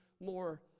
more